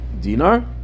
dinar